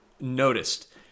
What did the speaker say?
noticed